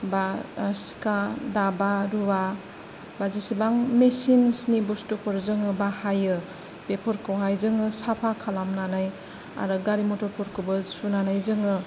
बा सिखा दाबा रुवा बा जिसिबां मेचिनसनि बुस्थुफोर जोङो बाहायो बेफोरखौहाय जोङो साफा खालामनानै आरो गारि मथरफोरखौबो सुनानै जोङो